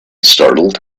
startled